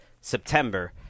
September